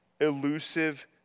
elusive